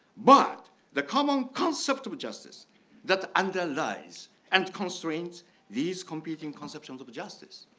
but the common concept of justice that underlies and constraints these competing conceptions of justice.